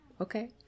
Okay